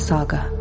Saga